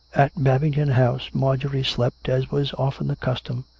at babington house marjorie slept, as was often the custom,